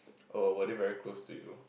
oh were they very close to you